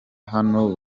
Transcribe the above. hano